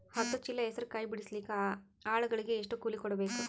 ಹತ್ತು ಚೀಲ ಹೆಸರು ಕಾಯಿ ಬಿಡಸಲಿಕ ಆಳಗಳಿಗೆ ಎಷ್ಟು ಕೂಲಿ ಕೊಡಬೇಕು?